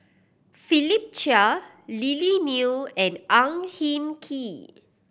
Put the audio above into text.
Philip Chia Lily Neo and Ang Hin Kee